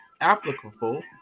applicable